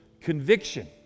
conviction